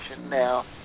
Now